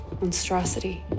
monstrosity